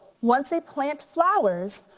once a plant flowers,